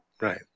Right